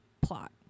plot